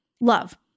Love